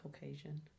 Caucasian